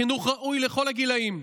עם חינוך ראוי לכל הגילים,